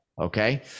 Okay